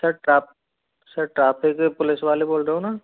sir sir traffic police वाले बोल रहा हो ना